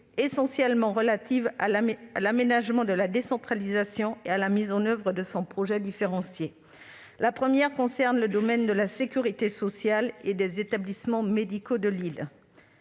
essentiellement relatives à l'aménagement de la décentralisation et à la mise en oeuvre de son projet différencié. La première de ces préoccupations concerne le domaine de la sécurité sociale et des établissements médicaux de l'île.